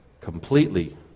completely